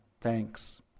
thanks